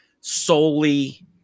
solely